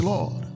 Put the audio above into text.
Lord